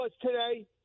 today